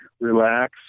relax